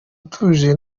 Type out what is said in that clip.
utuje